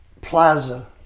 plaza